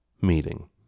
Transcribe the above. meeting